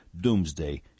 doomsday